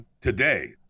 Today